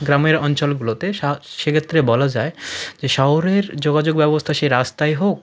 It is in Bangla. গ্রামের অঞ্চলগুলোতে সেক্ষেত্রে বলা যায় যে শহরের যোগাযোগ ব্যবস্থা সে রাস্তাই হোক